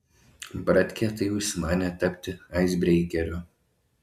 bratkė tai užsimanė tapti aisbreikeriu